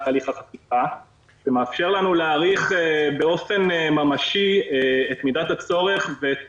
תהליך החקיקה שמאפשר לנו להעריך באופן ממשי את מידת הצורך ואת